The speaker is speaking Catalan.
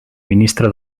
ministre